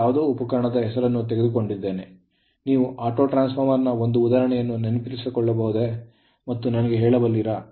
ಆದ್ದರಿಂದ ನೀವು Autotransformer ಸ್ವಯಂಟ್ರಾನ್ಸ್ ಫಾರ್ಮರ್ ನ ಒಂದು ಉದಾಹರಣೆಯನ್ನು ನೆನಪಿಸಿಕೊಳ್ಳಬಹುದೇ ಮತ್ತು ನನಗೆ ಹೇಳಬಲ್ಲಿರಾ